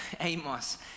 Amos